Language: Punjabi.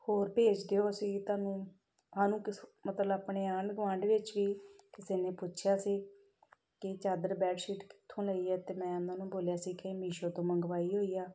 ਹੋਰ ਭੇਜ ਦਿਓ ਅਸੀਂ ਤੁਹਾਨੂੰ ਆਹ ਨੂੰ ਕਿਸ ਮਤਲਬ ਆਪਣੇ ਆਂਢ ਗੁਆਂਢ ਵਿੱਚ ਵੀ ਕਿਸੇ ਨੇ ਪੁੱਛਿਆ ਸੀ ਕਿ ਚਾਦਰ ਬੈੱਡ ਸ਼ੀਟ ਕਿੱਥੋਂ ਲਈ ਹੈ ਅਤੇ ਮੈਂ ਉਹਨਾਂ ਨੂੰ ਬੋਲਿਆ ਸੀ ਕਿ ਮੀਸ਼ੋ ਤੋਂ ਮੰਗਵਾਈ ਹੋਈ ਆ